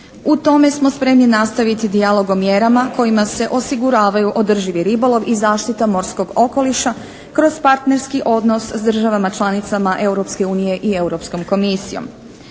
U tome smo spremni nastaviti dijalogom mjerama kojima se osiguravaju održivi ribolov i zaštita morskog okoliša kroz partnerski odnos s državama članicama Europske unije